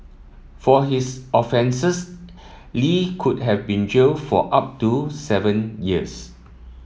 for his offences Li could have been jailed for up to seven years